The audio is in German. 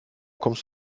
kommst